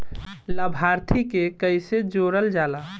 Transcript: लभार्थी के कइसे जोड़ल जाला?